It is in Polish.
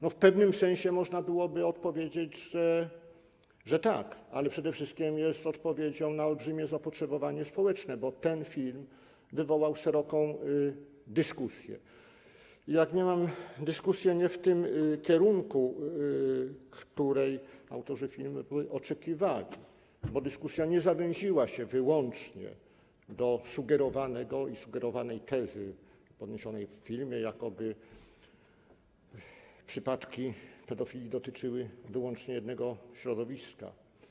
No w pewnym sensie można byłoby odpowiedzieć, że tak, ale przede wszystkim jest on odpowiedzią na olbrzymie zapotrzebowanie społeczne, bo ten film wywołał szeroką dyskusję, jak mniemam, idącą nie w tym kierunku, którego autorzy filmu by oczekiwali, bo dyskusja nie zawęziła się wyłącznie do sugerowanej tezy podniesionej w filmie, jakoby przypadki pedofilii dotyczyły wyłącznie jednego środowiska.